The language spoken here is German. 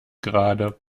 gerade